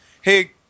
hey